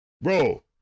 Bro